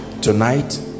tonight